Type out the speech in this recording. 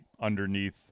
underneath